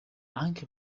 anche